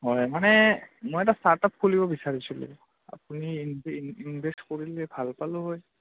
হয় মানে মই এটা ষ্টাৰ্টআপ খুলিব বিচাৰিলোঁ আপুনি ইনভেষ্ট কৰিলে ভাল পালোঁ হয়